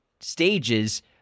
stages